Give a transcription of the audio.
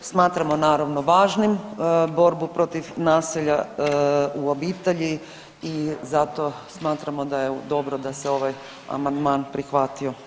Smatramo naravno važnim borbu protiv nasilja u obitelji i zato smatramo da je dobro da se ovaj amandman prihvatio.